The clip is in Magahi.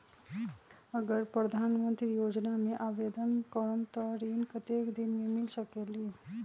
अगर प्रधानमंत्री योजना में आवेदन करम त ऋण कतेक दिन मे मिल सकेली?